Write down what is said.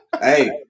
Hey